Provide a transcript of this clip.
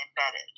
embedded